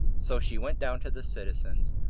so she went down to the citizens,